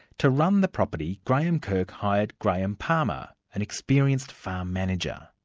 to run the property, graeme kirk hired graham palmer, an experienced farm manager.